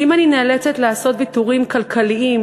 שאם אני נאלצת לעשות ויתורים כלכליים,